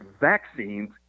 vaccines